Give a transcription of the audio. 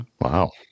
Wow